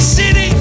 city